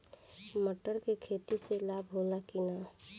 मटर के खेती से लाभ होला कि न?